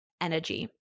energy